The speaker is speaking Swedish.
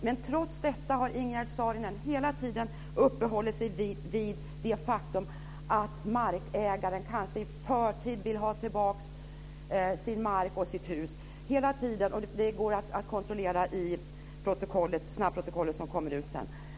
Men trots detta har Ingegerd Saarinen hela tiden uppehållit sig vid det faktum att markägaren kanske i förtid vill ha tillbaka sin mark och sitt hus. Detta går att kontrollera i snabbprotokollet sedan.